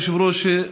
כבוד היושב-ראש,